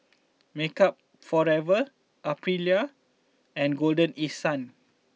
Makeup Forever Aprilia and Golden East Sun